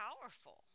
powerful